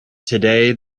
today